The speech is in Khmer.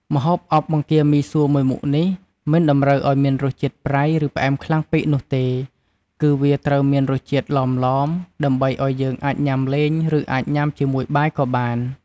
ម្ហូបអប់បង្គាមីសួរមួយមុខនេះ មិនតម្រូវឲ្យមានរសជាតិប្រៃ ឬ ផ្អែមខ្លាំងពេកនោះទេ គឺវាត្រូវមានរសជាតិឡមៗ ដើម្បីឱ្យយើងអាចញុំាលេង ឬញុំាជាមួយបាយក៏បាន។